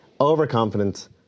Overconfident